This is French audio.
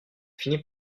finit